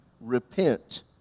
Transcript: Repent